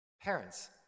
Parents